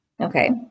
Okay